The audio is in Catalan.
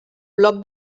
bloc